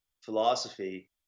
philosophy